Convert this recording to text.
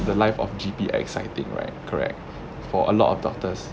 the life of G_P exciting right correct for a lot of doctors